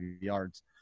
yards